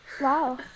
Wow